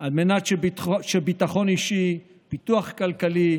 על מנת שביטחון אישי ופיתוח כלכלי